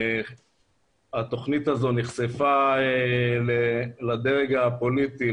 התכנית הזו נחשפה לדרג הפוליטי,